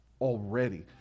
already